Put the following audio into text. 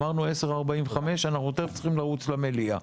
אמרנו 10:45 אנחנו תכף צריכים לרוץ למליאה.